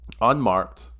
Unmarked